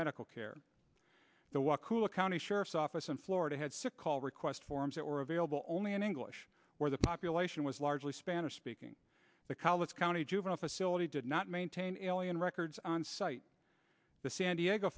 medical care the water cooler county sheriff's office in florida had call request forms that were available only in english where the population was largely spanish speaking the collatz county juvenile facility did not maintain alien records on site the san diego